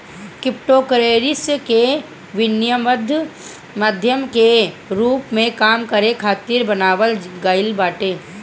cryptocurrency के विनिमय माध्यम के रूप में काम करे खातिर बनावल गईल बाटे